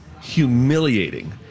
humiliating